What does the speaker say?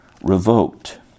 revoked